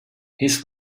his